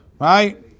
Right